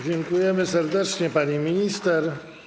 Dziękujemy serdecznie, pani minister.